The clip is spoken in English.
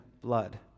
blood